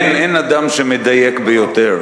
אין אדם שמדייק ביותר.